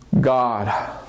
God